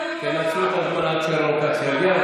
תנצלו את הזמן עד שרון כץ יגיע.